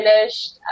finished